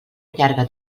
llarga